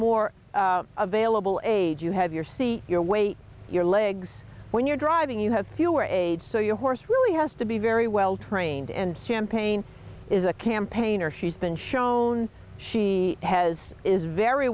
more available age you have your seat your weight your legs when you're driving you have fewer aides so your horse really has to be very well trained and champagne is a campaigner she's been shown she has is very